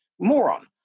moron